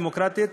הדמוקרטית,